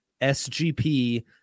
SGP